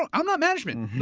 i'm i'm not management.